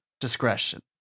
discretion